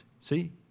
See